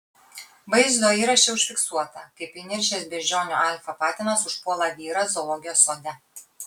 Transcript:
vaizdo įraše užfiksuota kaip įniršęs beždžionių alfa patinas užpuola vyrą zoologijos sode